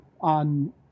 on